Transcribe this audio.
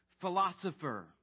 philosopher